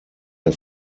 der